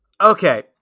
Okay